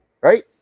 Right